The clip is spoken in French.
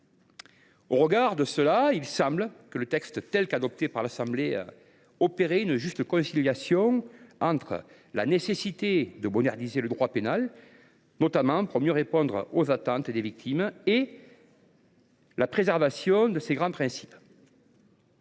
Au regard de cela, le texte adopté par l’Assemblée nous semblait opérer une juste conciliation entre la nécessité de moderniser le droit pénal, notamment pour mieux répondre aux attentes des victimes, et la préservation de ses grands principes.